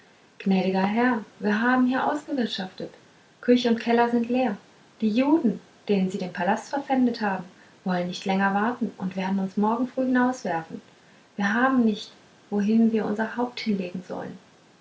gnädiger herr wir haben hier ausgewirtschaftet küch und keller sind leer die juden denen sie den palast verpfändet haben wollen nicht länger warten und werden uns morgen früh hinauswerfen wir haben nicht wohin wir unser haupt hinlegen sollen